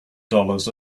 dollars